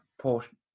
portion